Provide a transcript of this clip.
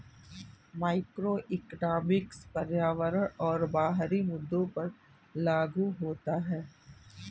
macroeconomics पर्यावरण और बाहरी मुद्दों पर लागू होता है